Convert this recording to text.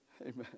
Amen